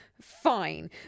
Fine